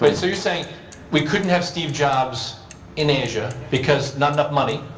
but so you're saying we couldn't have steve jobs in asia because not enough money.